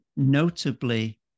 notably